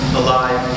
alive